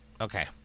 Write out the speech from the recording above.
Okay